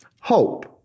hope